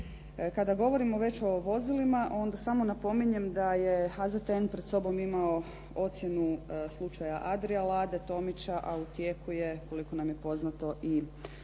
Kada govorimo već o vozilima, onda samo napominjem da je AZTN pred sobom imao ocjenu slučaja Adria Lade, Tomića, a u tijeku je koliko nam je poznato i